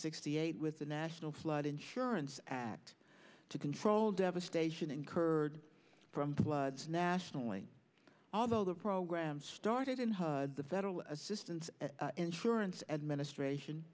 sixty eight with the national flood insurance act to control devastation incurred from the floods nationally although the program started in hud the federal assistance insurance administration